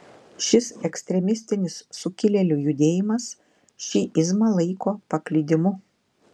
šis ekstremistinis sukilėlių judėjimas šiizmą laiko paklydimu